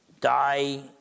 die